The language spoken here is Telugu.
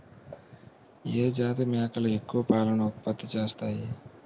ఏ జాతి మేకలు ఎక్కువ పాలను ఉత్పత్తి చేస్తాయి?